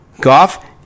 Goff